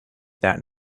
that